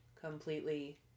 completely